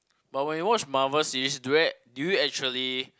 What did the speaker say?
but when you watch Marvel series do act~ do you actually